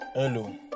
Hello